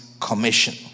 Commission